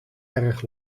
erg